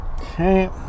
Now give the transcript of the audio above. Okay